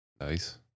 nice